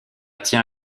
tient